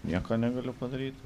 nieko negaliu padaryt